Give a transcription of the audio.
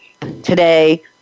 today